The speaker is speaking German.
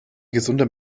gesunder